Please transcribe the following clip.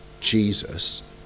Jesus